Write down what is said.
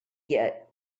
get